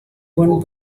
one